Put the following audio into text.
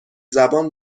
زبان